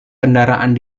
kendaraan